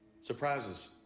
Surprises